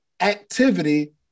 activity